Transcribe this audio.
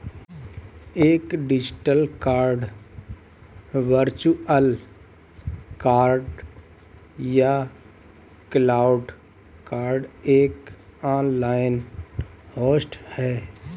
एक digital card virtual card या cloud card एक ऑनलाइन होस्ट है